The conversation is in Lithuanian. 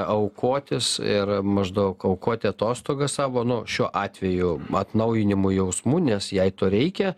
aukotis ir maždaug aukoti atostogas savo nu šiuo atveju atnaujinimui jausmų nes jai to reikia